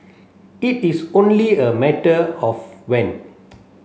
it is only a matter of when